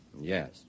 Yes